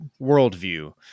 worldview